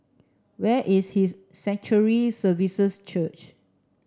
where is his Sanctuary Services Church